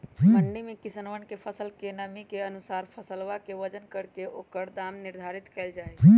मंडी में किसनवन के फसल के नमी के अनुसार फसलवा के वजन करके ओकर दाम निर्धारित कइल जाहई